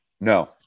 No